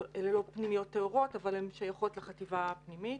אלו לא פנימיות טהורות אבל הן שייכות לחטיבה הפנימית.